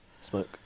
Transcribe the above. smoke